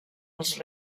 els